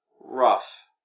rough